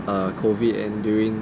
err COVID and during